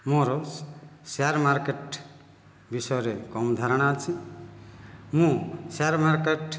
ମୋର share market ବିଷୟରେ କମ ଧାରଣା ଅଛି ମୁଁ ସେୟାର ମାର୍କେଟ